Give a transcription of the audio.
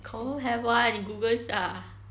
confirm have [one] 你 google 一下